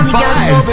five